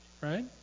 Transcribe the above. right